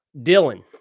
Dylan